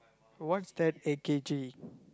what's there at K_G